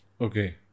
okay